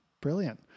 Brilliant